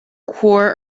core